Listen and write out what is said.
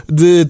de